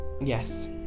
Yes